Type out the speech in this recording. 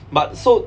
but so